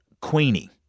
Queenie